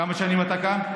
כמה שנים אתה כאן?